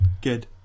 Good